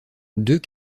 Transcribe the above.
deux